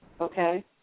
okay